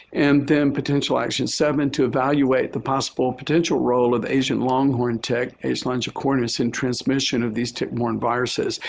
and then potential action seven, to evaluate the possible potential role of asian longhorned tick, h. longicornis, in transmission of these tick-borne viruses.